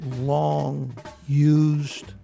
long-used